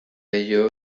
ello